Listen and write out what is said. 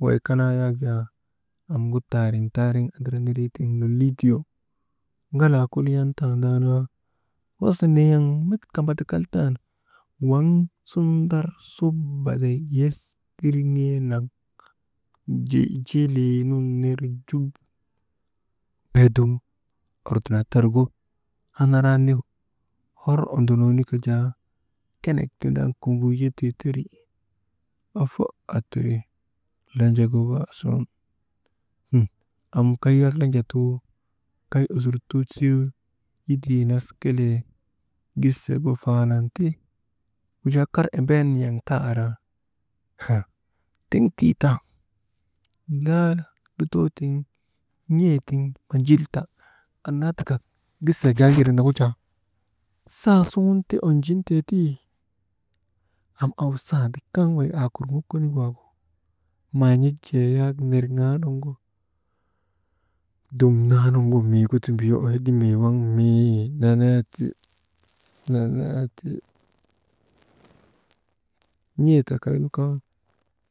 «Hesitation» waŋ sundar subade yes tirŋee naŋ jijilii nun ner jul ordinaa tergu, anaraanu hor ondonoonika jaa tenek tindaanu kumbuu jetee teri, ofo aatiri lanjagu baa sun, hi am kaya lanjatuu kay osurti sii yitii nas kelee, gisegu faanan ta wujaa kar embee nin̰aŋ taa araa, ha tiŋ tii tan lala lutoo tiŋ n̰ee tiŋ onjul ta annaa taka, gisek yak siriŋ nagu jaa saasuŋun ti onjun tee tii am awsandi kav wey aa kurŋok konik waagu, maan̰ik jee yak nirŋaanuŋgu, dumnan nu miiguti mbuyo hedimee waŋ mii, nenee ti, nenee ti, n̰eta kaynu kaŋ